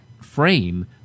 frame